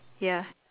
ya